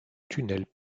tunnel